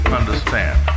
understand